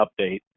update